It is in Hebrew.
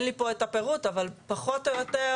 אין לי פה את הפירוט, אבל פחות או יותר,